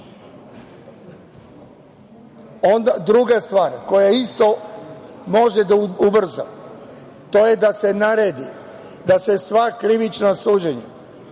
policije. Druga stvar koja isto može da ubrza to je da se naredi da se sva krivična suđenja